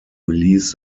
release